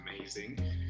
amazing